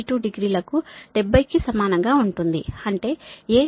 32 degree లకు 70 కి సమానంగా ఉంటుంది అంటే AVR 71